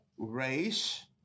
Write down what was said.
Race